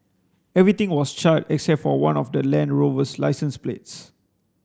everything was charred except for one of the Land Rover's licence plates